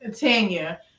Tanya